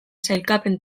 sailkapen